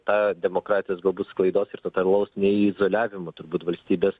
tą demokratijos galbūt sklaidos ir totalaus neizoliavimo turbūt valstybės